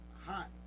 hot